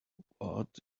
what